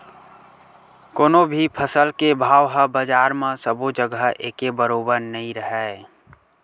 कोनो भी फसल के भाव ह बजार म सबो जघा एके बरोबर नइ राहय